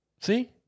see